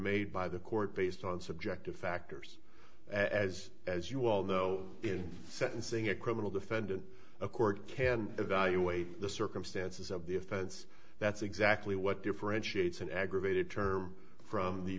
made by the court based on subjective factors as as you well know in sentencing a criminal defendant a court can evaluate the circumstances of the offense that's exactly what differentiates an aggravated term from the